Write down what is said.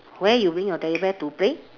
where you bring your teddy bear to play